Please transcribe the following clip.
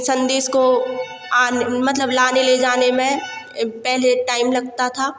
संदेश को आने मतलब लाने ले जाने में पहले टाइम लगता था